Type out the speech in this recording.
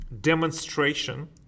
demonstration